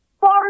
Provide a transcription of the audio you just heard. far